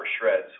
shreds